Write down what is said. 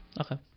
Okay